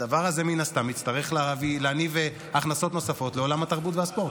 הדבר הזה מן הסתם יצטרך להניב הכנסות נוספות לעולם התרבות והספורט.